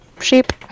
sheep